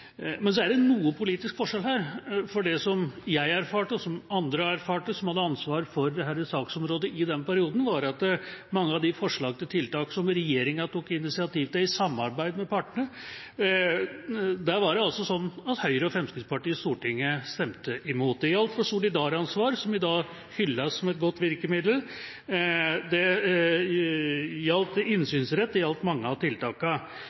Men så er det noe politisk forskjell her. For det jeg erfarte, og som andre erfarte som hadde ansvaret for dette saksområdet i den perioden, var at mange av de forslagene til tiltak som regjeringa tok initiativ til i samarbeid med partene, de stemte Høyre og Fremskrittspartiet i Stortinget imot. Det gjaldt solidaransvar, som i dag hylles som et godt virkemiddel, det gjaldt innsynsrett, det gjaldt mange av